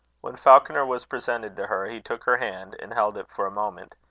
when falconer was presented to her, he took her hand, and held it for a moment.